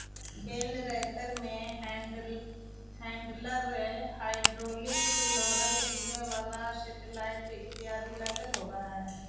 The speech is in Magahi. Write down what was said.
बेल रैपर में हैण्डलर, हाइड्रोलिक रोलर, घुमें वाला सेटेलाइट इत्यादि लगल होवऽ हई